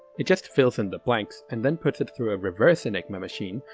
it just fills in the blanks, and then puts it through a reverse enigma machine,